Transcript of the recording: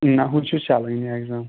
نہَ وُنہِ چھُس چَلنٕے اِیٚگزام